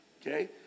Okay